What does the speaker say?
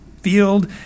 field